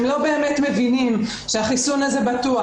הם לא באמת מבינים שהחיסון הזה בטוח,